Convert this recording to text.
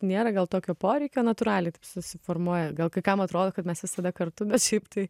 nėra gal tokio poreikio natūraliai taip susiformuoja gal kai kam atrodo kad mes visada kartu bet šiaip tai